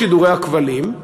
ולא לשידורי הכבלים,